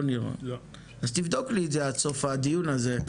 אז תבדוק לי את זה עד סוף הדיון הזה.